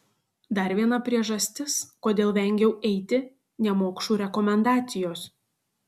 dar viena priežastis kodėl vengiau eiti nemokšų rekomendacijos